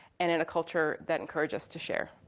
and in a culture that encourages to share.